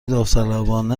داوطلبانه